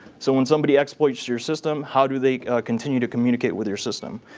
so when somebody exploits your system, how do they continue to communicate with your system.